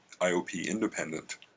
IOP-independent